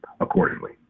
accordingly